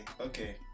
okay